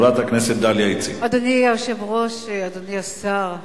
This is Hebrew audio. אדוני היושב-ראש, אדוני השר,